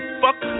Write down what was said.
fuck